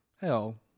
Hell